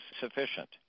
sufficient